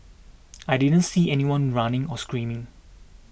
I didn't see anyone running or screaming